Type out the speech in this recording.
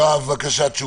יואב תשובה, בבקשה.